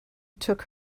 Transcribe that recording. took